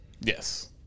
Yes